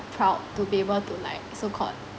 proud to be able to like so called